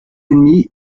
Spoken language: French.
ennemi